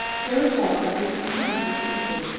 here is one that is mechanically simple.